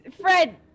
Fred